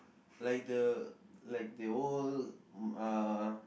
like the like the old mm uh